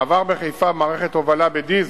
מעבר בחיפה במערכת הובלה בדיזל,